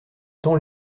temps